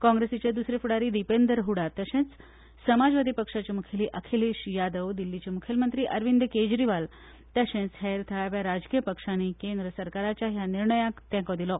काँग्रेसीचे द्सरे फुडारी दिपेंदर हडा तशेंच समाजवादी पक्षाचे मुखेली अखिलेश यादव दिल्लीचे मुख्यमंत्री अरविंद केजरीवाल तशेंच हेर थळाव्या राजकी पक्षांनी केंद्र सरकाराच्या ह्या निर्णयाक तेंको दिलो